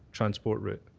transport route.